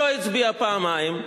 לא הצביע פעמיים,